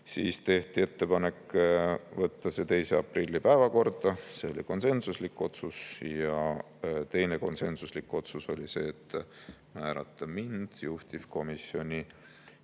Siis tehti ettepanek võtta eelnõu 2. aprilli päevakorda, see oli konsensuslik otsus. Teine konsensuslik otsus oli määrata mind juhtivkomisjoni